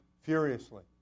furiously